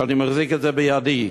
אני מחזיק אותן בידי,